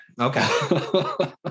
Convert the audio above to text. Okay